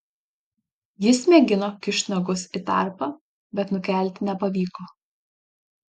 jis mėgino kišt nagus į tarpą bet nukelti nepavyko